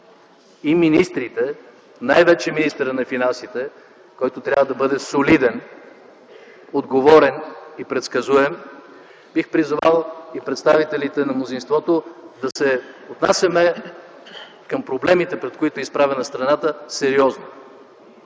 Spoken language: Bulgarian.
и министрите, най-вече министъра на финансите, който трябва да бъде солиден, отговорен и предсказуем, бих призовал и представителите на мнозинството – да се отнасяме към проблемите, пред които е изправена страната, сериозно.